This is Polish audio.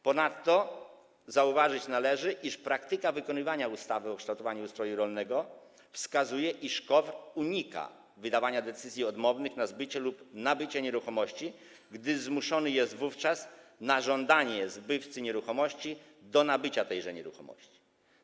Ponadto zauważyć należy, iż praktyka wykonywania ustawy o kształtowaniu ustroju rolnego wskazuje, iż KOWR unika wydawania decyzji odmownych dotyczących zbycia lub nabycia nieruchomości, gdyż zmuszony jest wówczas, na żądanie zbywcy nieruchomości, do nabycia tejże nieruchomości.